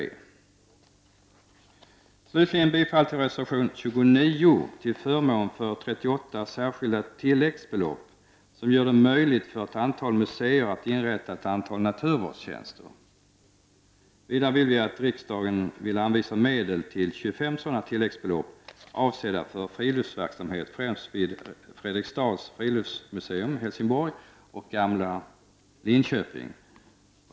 Jag yrkar slutligen bifall till reservation 29 till förmån för 38 särskilda tillläggsbelopp som skulle göra det möjligt för ett antal museer att inrätta ett antal naturvårdstjänster. Vidare vill vi att riksdagen skulle anvisa medel till 25 sådana tilläggsbelopp avsedda för friluftsverksamhet främst vid Fredriksdals friluftsmuseum i Helsingborg, och i Gamla Linköping.